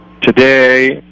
today